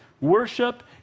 Worship